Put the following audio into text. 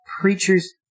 preachers